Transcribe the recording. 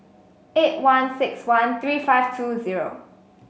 eight one six one three five two zero